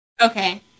Okay